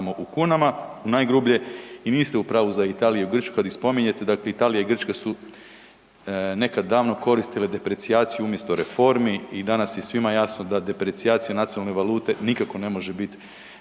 u najgrublje. I niste u pravu za Italiju i Grčku kad ih spominjete, dakle i Italija i Grčka su nekad davno koristile deprecijaciju umjesto reformi i danas je svima jasno da deprecijacija nacionalne valute nikako ne može bit